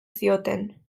zioten